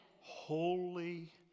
Holy